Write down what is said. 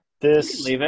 This-